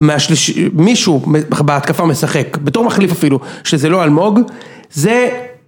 מישהו בהתקפה משחק בתור מחליף אפילו שזה לא אלמוג זה